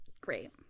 Great